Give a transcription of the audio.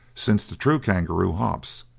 since the true kangaroo hops,